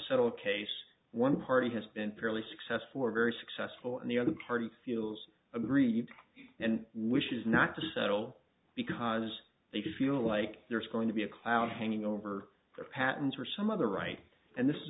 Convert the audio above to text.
settle a case one party has been fairly successful or very successful and the other party feels aggrieved and wishes not to settle because they feel like there's going to be a cloud hanging over their patents or some other right and this is